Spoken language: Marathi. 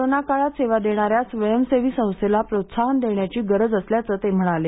कोरोना काळात सेवा देणाऱ्या स्वयंसेवी संस्थांना प्रोत्साहन देण्याची गरज असल्याचं ते म्हणाले